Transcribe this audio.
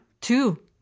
two